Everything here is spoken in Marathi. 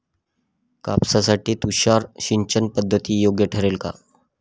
कापसासाठी तुषार सिंचनपद्धती योग्य ठरेल का?